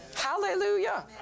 Hallelujah